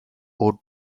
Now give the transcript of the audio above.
ode